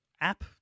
app